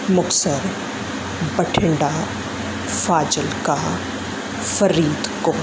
Muktsar Bathinda Fazilka Faridkot